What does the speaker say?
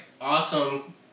awesome